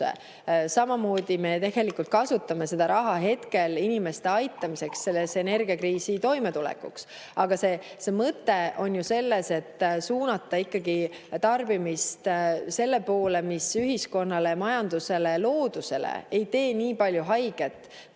Samamoodi me tegelikult kasutame seda raha hetkel inimeste aitamiseks selles energiakriisis toimetulekuks. Aga mõte on ju selles, et suunata ikkagi tarbimist selle poole, mis ühiskonnale ja majandusele ja loodusele ei tee nii palju haiget